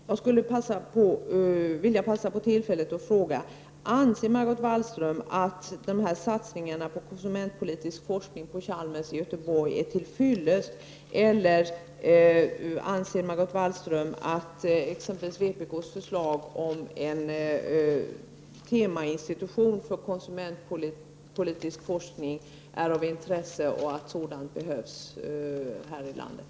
Jag vill passa på att fråga statsrådet: Anser Margot Wallström att satsningarna på konsumentpolitisk forskning på Chalmers i Göteborg är till fyllest, eller anser hon att exempelvis vpk:s förslag om en temainstitution för konsumentpolitisk forskning är av intresse och att en sådan behövs här i landet?